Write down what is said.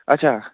اَچھا